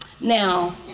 Now